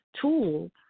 tool